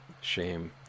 shame